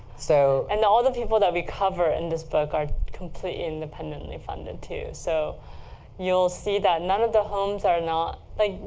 so and all of the people that we cover in this book are completely independently funded, too. so you'll see that none of the homes are not like,